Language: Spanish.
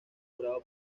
jurado